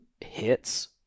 hits